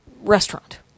restaurant